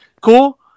cool